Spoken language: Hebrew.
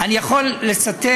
אני יכול לצטט